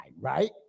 right